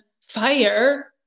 fire